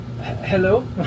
Hello